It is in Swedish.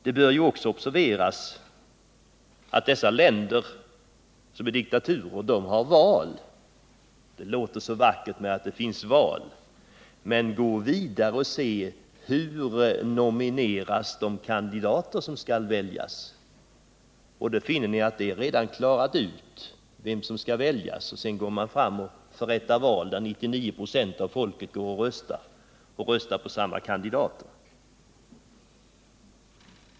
Dessa diktaturländer har val — det bör observeras, och det låter så vackert. Men gå vidare och se: Hur nomineras de kandidater som skall väljas? Då finner vi att det redan är klart vem som skall väljas, och sedan förrättas det val där 99 96 av folket röstar, och röstar på samma kandidater.